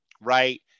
right